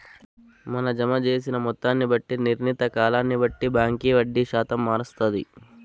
మన జమ జేసిన మొత్తాన్ని బట్టి, నిర్ణీత కాలాన్ని బట్టి బాంకీ వడ్డీ శాతం మారస్తాది